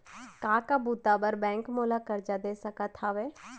का का बुता बर बैंक मोला करजा दे सकत हवे?